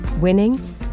winning